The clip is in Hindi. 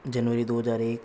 जनवरी दो हजार एक